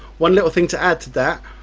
one little thing to add to that,